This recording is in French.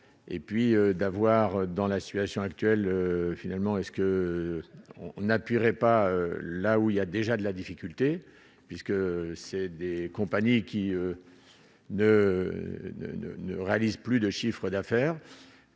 d'avoir dans la situation actuelle, finalement est-ce que on n'appuieraient pas là où il y a déjà de la difficulté puisque c'est des compagnies qui ne ne ne ne réalise plus de chiffre d'affaires,